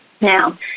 Now